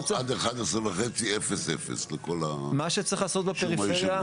מה שצריך לעשות בפריפריה,